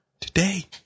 today